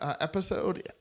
episode